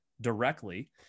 directly